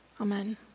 Amen